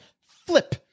flip